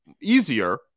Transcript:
easier